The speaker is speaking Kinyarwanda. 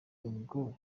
ubwo